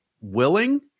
willing